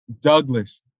Douglas